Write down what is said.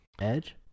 Edge